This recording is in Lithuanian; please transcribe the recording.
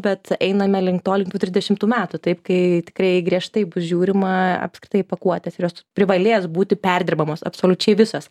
bet einame link to link tų tridešimtų metų taip kai tikrai griežtai bus žiūrima apskritai pakuotės ir jos privalės būti perdirbamos absoliučiai visos